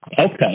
Okay